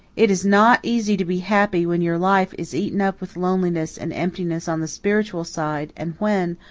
it is not easy to be happy when your life is eaten up with loneliness and emptiness on the spiritual side, and when,